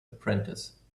apprentice